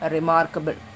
Remarkable